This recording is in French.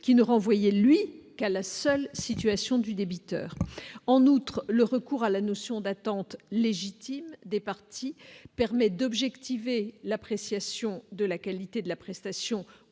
qui ne renvoyé lui qu'à la seule situation du débiteur, en outre, le recours à la notion d'attente légitime des parties permet d'objectiver l'appréciation de la qualité de la prestation